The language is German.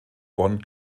bonn